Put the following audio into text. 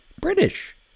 British